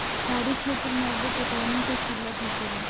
पहाड़ी क्षेत्र मे अब्बो पटौनी के किल्लत होखेला